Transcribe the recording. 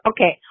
Okay